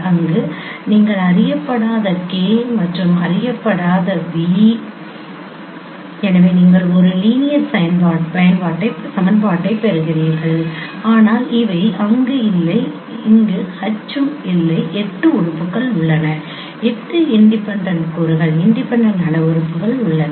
அங்கு நீங்கள் அறியப்படாத k மற்றும் அறியப்படாத v எனவே நீங்கள் ஒரு லீனியர் சமன்பாடுகளைப் பெறுவீர்கள் அனால் அவை அங்கு இல்லை அங்கு H ம் இல்லை 8 உறுப்புகள் உள்ளன 8 இண்டிபெண்டெண்ட் கூறுகள் இண்டிபெண்டெண்ட் அளவுருக்கள் உள்ளன